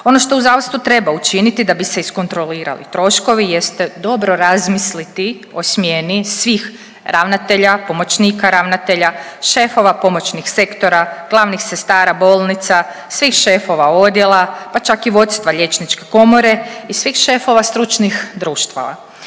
Ono što u zdravstvu treba učiniti da bi se iskontrolirali troškovi jeste dobro razmisliti o smjeni svih ravnatelja, pomoćnika ravnatelja, šefova pomoćnih sektora, glavnih sestara bolnica, svih šefova odjela, pa čak i vodstva liječničke komore i svih šefova stručnih društava.